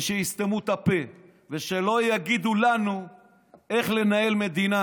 ושיסתמו את הפה ושלא יגידו לנו איך לנהל מדינה.